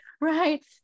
Right